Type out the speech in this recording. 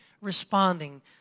responding